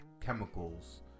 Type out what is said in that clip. chemicals